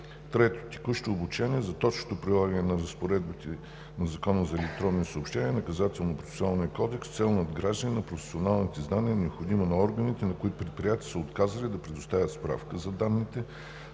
3. Текущо обучение за точното прилагане на разпоредбите на Закона за електронните съобщения и Наказателно-процесуалния кодекс с цел надграждане на професионалните знания, необходими на органите, на които предприятията са отказали да предоставят справка за данни,